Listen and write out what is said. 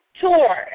tour